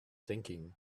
thinking